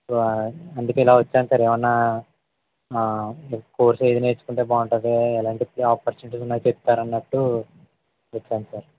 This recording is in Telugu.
సో అందుకే ఇలా వచ్చాను సార్ ఏమైనా కోర్సు ఏది నేర్చుకుంటే బాగుంటుంది ఎలాంటి ఆపర్చునిటీస్ ఉన్నాయి చెప్తారాన్నట్టు వచ్చాను సార్